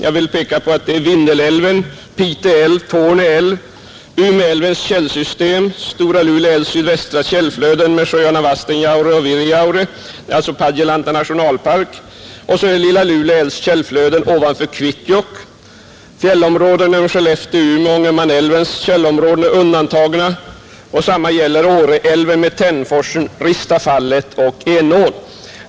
Jag vill peka på att det är Vindelälven, Pite älv, Torne älv, Umeälvens källsystem, Stora Lule älvs sydvästra källflöden med sjöarna Vastenjaure och Virihaure, alltså Padjelanta nationalpark. Vidare är det Lilla Lule älvs källflöden ovanför Kvikkjokk. Fjällområden inom Skellefte-, Umeoch Ångermanälvens källområden är undantagna. Detsamma gäller Åreälven med Tännforsen, Ristafallen och Enån.